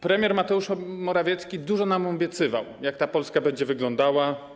Premier Mateusz Morawiecki dużo nam obiecywał, jak ta Polska będzie wyglądała.